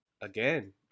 Again